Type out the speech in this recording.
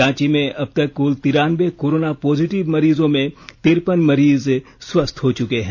रांची में अब तक कुल तिरानवें कोरोना पॉजिटिव मरीजों में तिरपन मरीज स्वस्थ्य हो चुके हैं